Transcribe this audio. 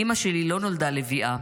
// אימא שלי לא נולדה לביאה,